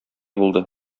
булды